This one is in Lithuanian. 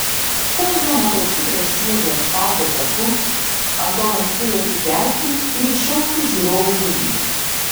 kol jo motociklas čiuožė asfalto taku antonas spėjo atsikelti ir įšokti į žiūrovų būrį